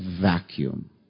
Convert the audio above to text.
vacuum